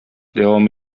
дәвам